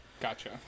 Gotcha